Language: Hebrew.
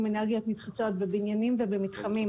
אנרגיות מתחדשות בבניינים ובמתחמים,